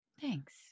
Thanks